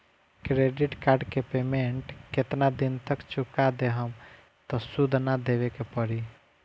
Credit card के payment केतना दिन तक चुका देहम त सूद ना देवे के पड़ी?